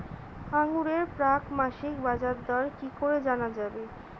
আঙ্গুরের প্রাক মাসিক বাজারদর কি করে জানা যাবে?